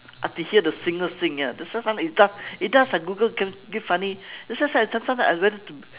I have to hear the singer sing ya that's why sometimes it does it does ah google can give funny that's why say I sometime I went to